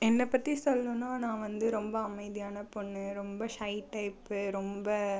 என்னை பற்றி சொல்லணும்னால் நான் வந்து ரொம்ப அமைதியான பொண்ணு ரொம்ப ஷை டைப் ரொம்ப